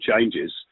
changes